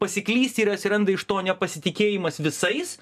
pasiklysti ir atsiranda iš to nepasitikėjimas visais